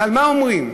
ומה אומרים?